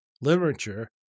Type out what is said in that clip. literature